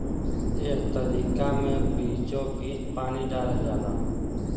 एह तरीका मे बीचोबीच पानी डालल जाला